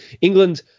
England